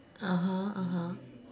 (uh huh) (uh huh)